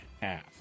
half